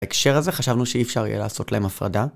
בהקשר הזה חשבנו שאי אפשר יהיה לעשות להם הפרדה.